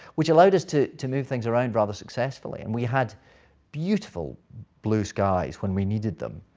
which allowed us to to move things around rather successfully. and we had beautiful blue skies when we needed them.